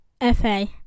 FA